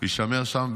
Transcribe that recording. ויישמר שם.